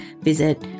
visit